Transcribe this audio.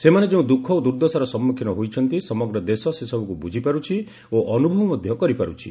ସେମାନେ ଯେଉଁ ଦୁଃଖ ଓ ଦୁର୍ଦ୍ଦଶାର ସମ୍ମୁଖୀନ ହୋଇଛନ୍ତି ସମଗ୍ର ଦେଶ ସେ ସବୁକୁ ବୁଝିପାରୁଛି ଓ ଅନୁଭବ ମଧ୍ୟ କରିପାରୁଛି